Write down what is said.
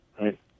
Right